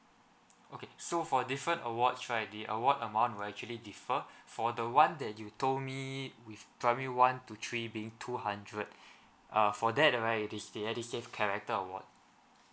okay so for different awards right the award amount will actually differ for the one that you told me with primary one to three being two hundred err for that right it is the EDUSAVE character award